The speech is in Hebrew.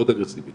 מאוד אגרסיבית